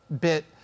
bit